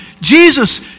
Jesus